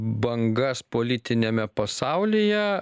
bangas politiniame pasaulyje